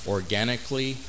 Organically